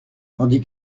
tandis